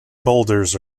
boulders